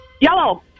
Yellow